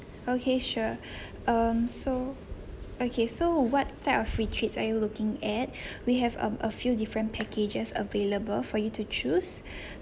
okay sure um so okay so what type of retreats are you looking at we have um a few different packages available for you to choose